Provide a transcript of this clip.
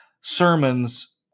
sermons